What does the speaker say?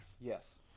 Yes